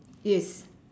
yes